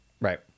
Right